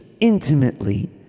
intimately